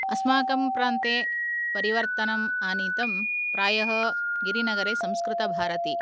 अस्माकं प्रान्त्ये परिवर्तनम् आनीतं प्रायः गिरिनगरे संस्कृतभारती